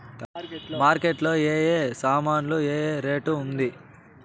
Market లో ఏ ఏ సామాన్లు ఏ ఏ రేటు ఉంది?